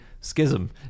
schism